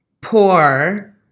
poor